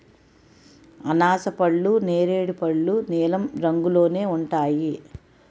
అనాసపళ్ళు నేరేడు పళ్ళు నీలం రంగులోనే ఉంటాయి